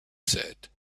said